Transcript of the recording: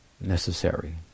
necessary